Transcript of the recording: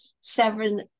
seven